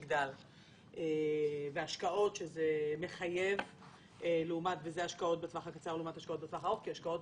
האם אכן נכון שמגדל פועלת משיקולים קצרי טווח כפי שהיושב-ראש טוען?